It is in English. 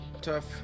tough